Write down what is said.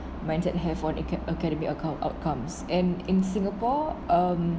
mindset have for uh aca~ academic outco~ outcomes and in singapore um